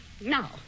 Now